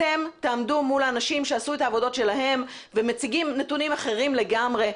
אתם תעמדו מול האנשים שעשו את עבודות שלהם ומציגים נתונים אחרים לגמרי.